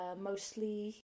mostly